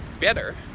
better